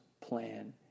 plan